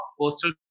postal